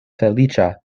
feliĉa